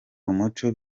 umuco